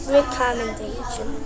recommendation